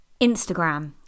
Instagram